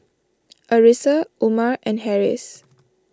Arissa Umar and Harris